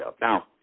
Now